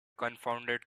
confounded